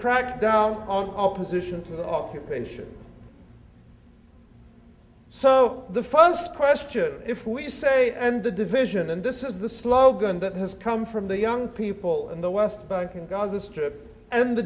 crack down on opposition to the occupation so the first question if we say and the division and this is the slogan that has come from the young people in the west bank and gaza strip and the